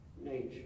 nature